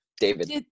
David